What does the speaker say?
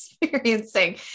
experiencing